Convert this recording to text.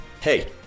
hey